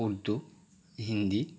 Urdu Hindi